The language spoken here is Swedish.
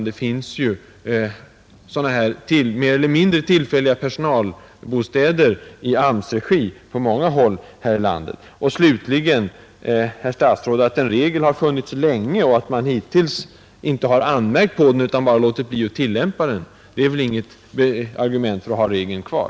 Det finns sådana mer eller mindre tillfälliga personalbostäder i AMS-regi på många håll här i landet. Slutligen, herr statsråd: Att en regel har funnits länge och att man hittills inte har anmärkt på den utan bara låtit bli att tillämpa den är väl inget argument för att ha regeln kvar?